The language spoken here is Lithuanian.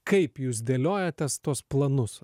kaip jūs dėliojatės tuos planus